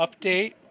update